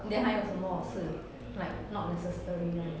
then 还有什么是 like not necessary one